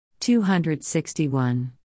261